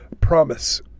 promise